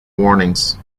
warnings